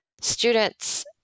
students